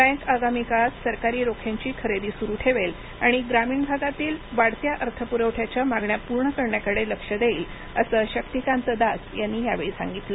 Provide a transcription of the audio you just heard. bank आगामी काळात सरकारी रोख्यांची खरेदी सुरु ठेवेल आणि ग्रामीण भागातील वाढत्या अर्थपुरवठ्याच्या मागण्या पूर्ण करण्याकडे लक्ष देईल असं शक्तीकांत दास यांनी यावेळी सांगितलं